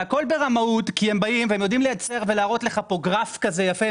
והכול ברמאות כי הם באים והם יודעים לייצר ולהראות לך פה גרף כזה יפה.